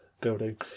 building